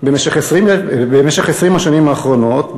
במשך 20 השנים האחרונות,